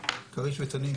כריש ותנין,